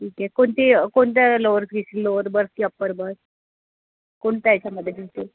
ठीक आहे कोणती कोणत्या लोअर फीस लोअर बर्थ की अप्पर बर्थ कोणत्या आहे याच्यामध्ये तुमची